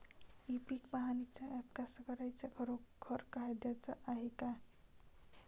इ पीक पहानीचं ॲप कास्तकाराइच्या खरोखर फायद्याचं हाये का?